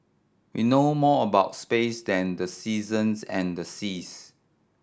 we know more about space than the seasons and the seas